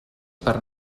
per